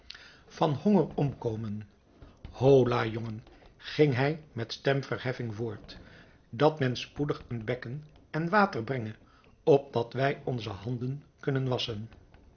van honger omkomen hola jongen ging hij met stemverheffing voort dat men spoedig een bekken en water brenge opdat wij onze handen kunnen wasschen